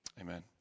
Amen